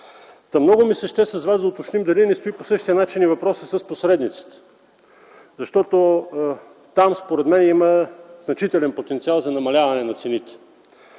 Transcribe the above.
много ми се иска с Вас да уточним дали не стои по същия начин и въпросът с посредниците, защото според мен там има значителен потенциал за намаляване на цените.